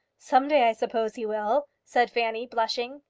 some day i suppose he will, said fanny, blushing.